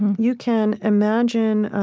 you can imagine